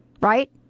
right